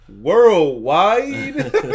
Worldwide